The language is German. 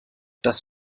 das